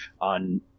on